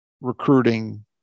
recruiting